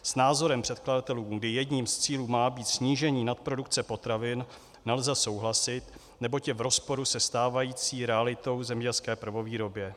S názorem předkladatelů, kdy jedním z cílů má být snížení nadprodukce potravin, nelze souhlasit, neboť je v rozporu se stávající realitou v zemědělské prvovýrobě.